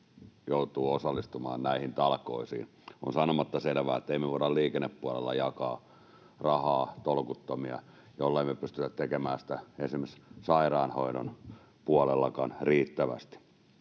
joutuu osallistumaan näihin talkoisiin. On sanomatta selvää, että ei me voida liikennepuolella jakaa rahaa tolkuttomia, jollei me pystytä tekemään sitä esimerkiksi sairaanhoidon puolellakaan riittävästi.